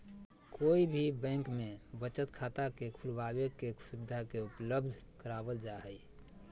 कोई भी बैंक में बचत खाता के खुलबाबे के सुविधा के उपलब्ध करावल जा हई